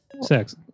sex